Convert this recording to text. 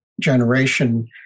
generation